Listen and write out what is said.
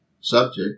Subject